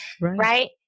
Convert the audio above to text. right